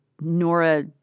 Nora